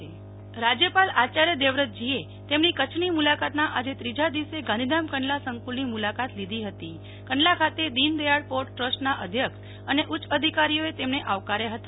નેહ્લ ઠક્કર રાજ્યપાલ મુલાકાત રાજ્યપાલ આચાર્ય દેવવ્રત જીએ તેમની કરછની મુલાકાતનાં આજે ત્રીજા દિવસે ગાંધીધામ કંડલા સંકુલની મુલાકાત લીધી ફતી કંડલા ખાતે દિન દથાળપોર્ટ ટ્રસ્ટનાં અધ્યક્ષ અને ઉચ્ચ અધિકારીઓએ તેમને આવકાર્યા ફતા